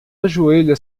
ajoelha